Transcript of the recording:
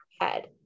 head